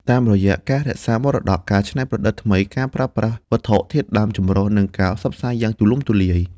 តាមរយៈ ការរក្សាមរតក ការច្នៃប្រឌិតថ្មី ការប្រើប្រាស់វត្ថុធាតុដើមចម្រុះ និងការផ្សព្វផ្សាយយ៉ាងទូលំទូលាយ។